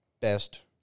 best